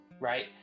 Right